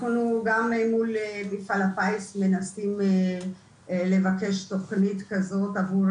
אנחנו גם מול מפעל הפיס מנסים לבקש תכנית כזאת עבור